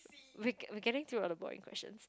wait we're getting the other board in question